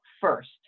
first